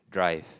drive